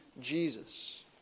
Jesus